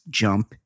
jump